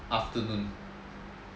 afternoon